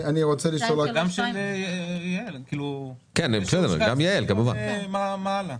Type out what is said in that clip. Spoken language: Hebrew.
232. גם של יעל, לגבי הלאה.